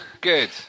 Good